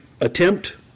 attempt